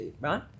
right